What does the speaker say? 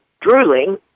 drooling